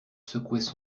secouaient